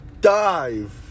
dive